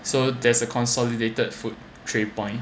so there's a consolidated food tray point